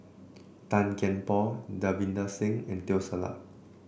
Tan Kian Por Davinder Singh and Teo Ser Luck